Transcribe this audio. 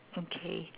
okay